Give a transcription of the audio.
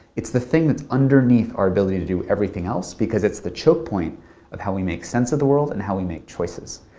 it's the thing that's underneath our ability to do everything else because it's the choke point of how we make sense of the world and how we make choices.